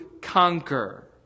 conquer